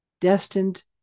destined